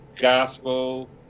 gospel